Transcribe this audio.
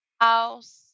house